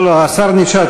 לא, לא, השר נשאר.